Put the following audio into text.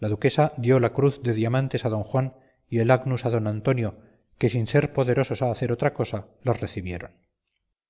la duquesa dio la cruz de diamantes a don juan y el agnus a don antonio que sin ser poderosos a hacer otra cosa las recibieron